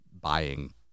buying